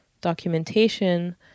documentation